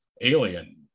Alien